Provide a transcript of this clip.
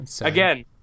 again